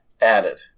Added